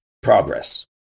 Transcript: progress